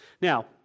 Now